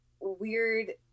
weird